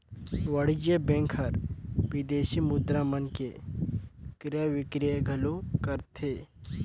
वाणिज्य बेंक हर विदेसी मुद्रा मन के क्रय बिक्रय घलो करथे